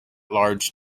large